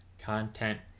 Content